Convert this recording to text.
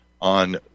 on